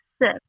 six